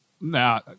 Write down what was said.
Now